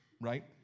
Right